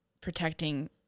protecting